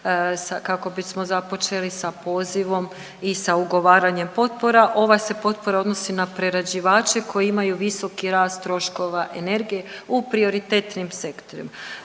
kako bismo započeli sa pozivom i sa ugovaranjem potpora. Ova se potpora odnosi na prerađivače koji imaju visoki rast troškova energije u prioritetnim sektorima.